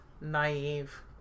naive